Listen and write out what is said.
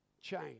change